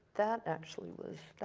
that actually was,